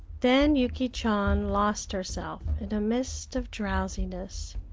then yuki chan lost herself in a mist of drowsiness,